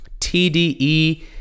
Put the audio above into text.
TDE